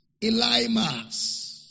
Elimas